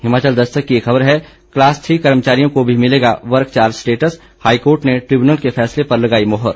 हिमाचल दस्तक की एक खबर है क्लास थ्री कर्मचारियों को भी मिलेगा वर्कचार्ज स्टेटस हाईकोर्ट ने ट्रिब्यूनल के फैसले पर लगाई मोहर